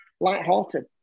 lighthearted